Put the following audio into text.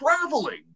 traveling